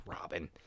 Robin